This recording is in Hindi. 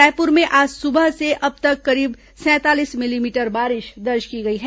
रायपुर में आज सुबह से अब तक करीब सैंतालीस मिलीमीटर बारिश दर्ज की गई है